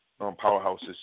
powerhouses